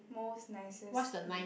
most nicest key